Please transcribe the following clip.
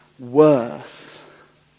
worth